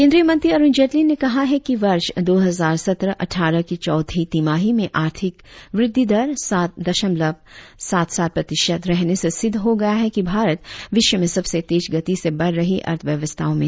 केंद्रीय मंत्री अरुण जेटली ने कहा है कि वर्ष दो हजार सत्रह अट्ठारह की चौथी तिमाही में आर्थिक वृद्धि दर सात दशमलव सात सात प्रतिशत रहने से सिद्ध हो गया है कि भारत विश्व में सबसे तेज गति से बढ़ रही अर्थव्यवस्थाओं में से है